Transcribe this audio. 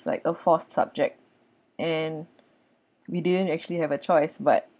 like a forced subject and we didn't actually have a choice but